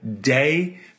day